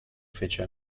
fece